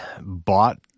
bought